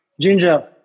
ginger